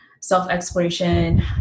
self-exploration